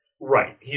Right